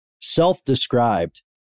self-described